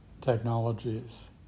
technologies